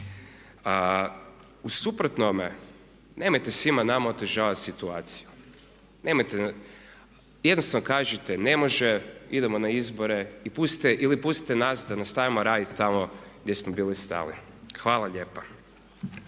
U suprotnome, nemojte svima nama otežavati situaciju. Nemojte, jednostavno kažite, ne može. Idemo na izbore ili pustite nas da nastavimo radit tamo gdje smo bili stali. Hvala lijepa.